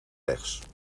rechts